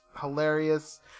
hilarious